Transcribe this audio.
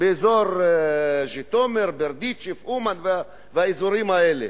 באזור ז'יטומיר, ברדיצ'ב, אומן, האזורים האלה.